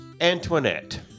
Antoinette